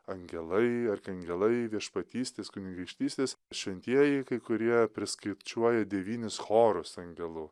angelai arkangelai viešpatystės kunigaikštystės šventieji kai kurie priskaičiuoja devynis chorus angelų